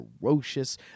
ferocious